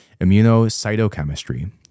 immunocytochemistry